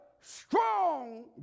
strong